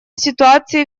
ситуации